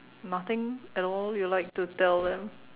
nothing at all you like to tell them